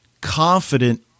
confident